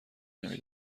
نمی